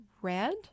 red